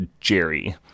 Jerry